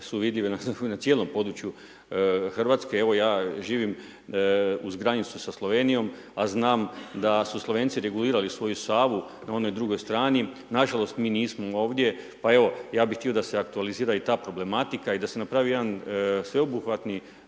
su vidljive na cijelom području RH. Evo ja živim uz granicu sa Slovenijom, a znam da su Slovenci regulirali svoju Savu na onoj drugoj strani. Nažalost, mi nismo ovdje, pa evo ja bih htio da se aktualizira i ta problematika i da se napravi jedan sveobuhvatni,